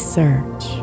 search